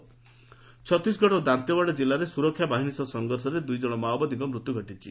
Chhattisgarh Maoist ଛତିଶଗଡ଼ର ଦାନ୍ତେୱାଡ଼ା ଜିଲ୍ଲାରେ ସୁରକ୍ଷା ବାହିନୀ ସହ ସଂଘର୍ଷରେ ଦୁଇ ଜଣ ମାଓବାଦୀଙ୍କ ମୃତ୍ୟୁ ଘଟିଛି